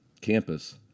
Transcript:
campus